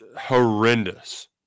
horrendous